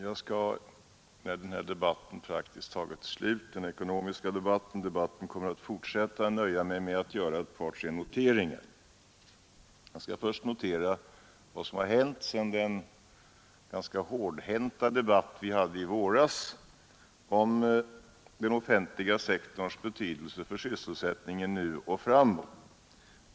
Herr talman! Jag skall när den ekonomiska debatten nu praktiskt taget är slut nöja mig med att göra ett par tre noteringar. Jag vill först notera vad som hänt efter den ganska hårdhänta debatt vi hade i våras om den offentliga sektorns betydelse för sysselsättningen nu och framöver.